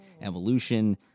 evolution